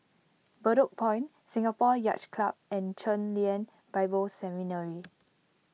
Bedok Point Singapore Yacht Club and Chen Lien Bible Seminary